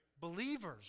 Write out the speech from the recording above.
Believers